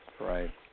Right